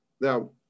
Now